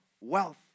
wealth